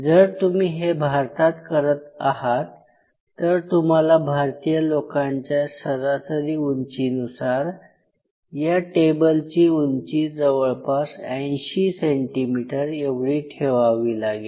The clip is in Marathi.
जर तुम्ही हे भारतात करत आहात तर तुम्हाला भारतीय लोकांच्या सरासरी उंचीनुसार या टेबलची उंची जवळपास ८० सेंटीमीटर एवढी ठेवावी लागेल